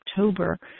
October